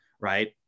right